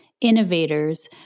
innovators